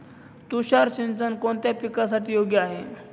तुषार सिंचन कोणत्या पिकासाठी योग्य आहे?